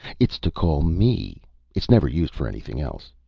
it's to call me it's never used for anything else.